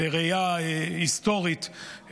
בראייה היסטורית,